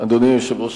אדוני היושב-ראש,